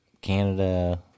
canada